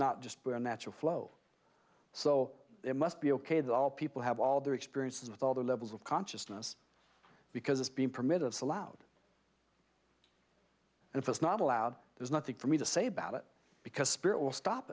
not just by natural flow so it must be ok that all people have all their experiences with all the levels of consciousness because it's being primitives allowed and if it's not allowed there's nothing for me to say about it because spirit will stop